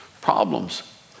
problems